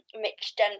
mixed